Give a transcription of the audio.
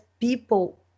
people